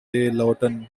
lawton